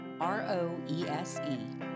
R-O-E-S-E